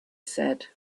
said